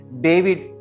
David